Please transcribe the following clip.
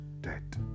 dead